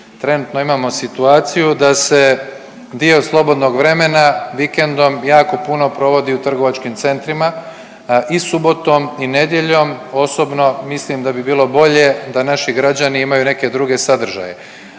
Trenutno imamo situaciju da se dio slobodnog vremena vikendom jako puno provodi u trgovačkim centrima i subotom i nedjeljom, osobno mislim da bi bilo bolje da naši građani imaju neke druge sadržaje.